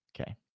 Okay